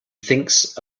thinks